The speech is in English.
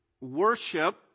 Worship